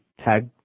tag